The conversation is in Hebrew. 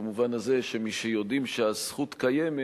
במובן הזה שמשיודעים שהזכות קיימת,